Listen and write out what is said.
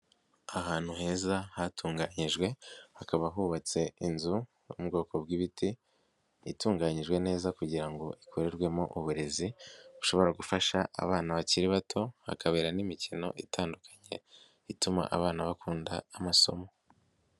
Ahantu heza hatunganyijwe hakaba hubatse inzu mu bwoko bw'ibiti itunganyijwe neza kugira ngo ikorerwemo uburezi bushobora gufasha abana bakiri bato hakabera n'imikino itandukanye ituma abana bakunda amasomo.